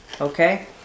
okay